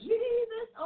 Jesus